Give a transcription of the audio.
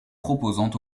proposant